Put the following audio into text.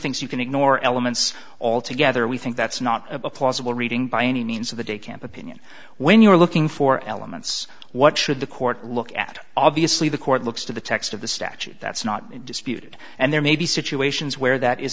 thinks you can ignore elements altogether we think that's not a plausible reading by any means of the day camp opinion when you're looking for elements what should the court look at obviously the court looks to the text of the statute that's not in dispute and there may be situations where that is